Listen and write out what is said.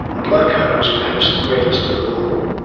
and leichhardt was perhaps the greatest of them all.